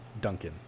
Duncan